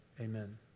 Amen